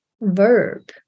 verb